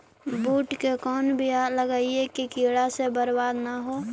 बुंट के कौन बियाह लगइयै कि कीड़ा से बरबाद न हो?